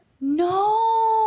No